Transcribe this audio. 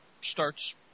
starts